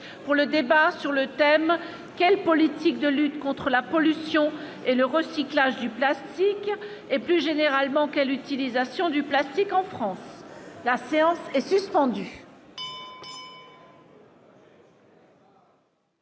pour le débat sur le thème: quelle politique de lutte contre la pollution et le recyclage du plastique et plus généralement que l'utilisation du plastique en France, la séance est suspendue.